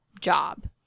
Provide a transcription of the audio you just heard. job